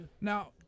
Now